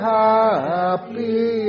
happy